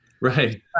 Right